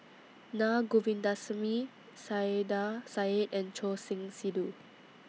Na Govindasamy Saiedah Said and Choor Singh Sidhu